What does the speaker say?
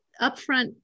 upfront